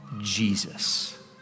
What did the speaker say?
Jesus